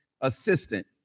assistant